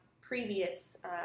previous